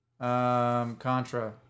Contra